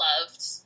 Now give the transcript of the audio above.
loved